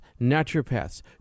naturopaths